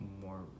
more